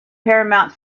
paramount